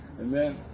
Amen